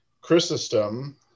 Chrysostom